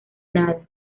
nada